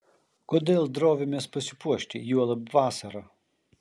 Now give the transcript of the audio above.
kodėl drovimės pasipuošti juolab vasarą